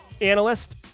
analyst